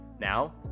Now